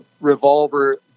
revolver